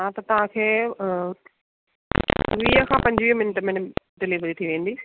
हा त तव्हांखे वीह खां पंजुवीह मिंट मिनिमम डिलेवरी थी वेंदी